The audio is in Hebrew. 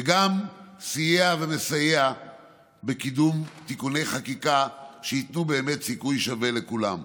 וגם סייע ומסייע בקידום תיקוני חקיקה שייתנו באמת סיכוי שווה לכולם.